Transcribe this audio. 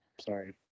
Sorry